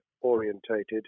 orientated